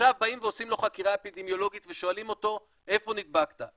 עכשיו באים ועושים לו חקירה אפידמיולוגית ושואלים אותו איפה נדבקת,